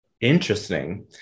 interesting